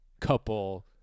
couple